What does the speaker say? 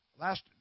last